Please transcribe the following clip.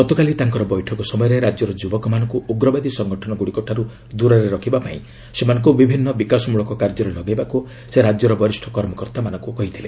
ଗତକାଲି ତାଙ୍କର ବୈଠକ ସମୟରେ ରାଜ୍ୟର ଯୁବକ ମାନଙ୍କୁ ଉଗ୍ରବାଦୀ ସଂଗଠନ ଗୁଡ଼ିକ ଠାରୁ ଦୂରରେ ରଖିବା ପାଇଁ ସେମାନଙ୍କୁ ବିଭିନ୍ନ ବିକାଶମୂଳକ କାର୍ଯ୍ୟରେ ଲଗାଇବାକୁ ସେ ରାଜ୍ୟର ବରିଷ୍ଣ କର୍ମକର୍ତ୍ତାମାନଙ୍କୁ କହିଥିଲେ